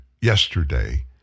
yesterday